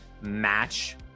match